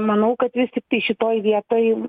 manau kad vis tiktai šitoj vietoj